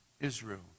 Israel